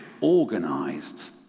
organized